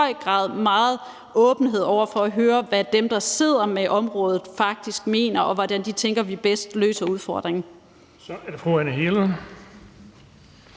grad meget åbenhed over for at høre, hvad dem, der sidder med området, faktisk mener, og hvordan de tænker vi bedst løser udfordringen. Kl. 17:55 Den fg.